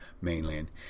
mainland